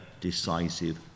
decisive